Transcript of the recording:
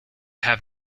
have